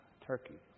Turkey